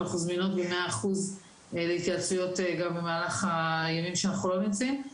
ואנחנו זמינות ב-100% להתייעצויות גם במהלך הימים שאנחנו לא נמצאות.